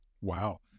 Wow